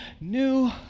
new